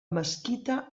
mesquita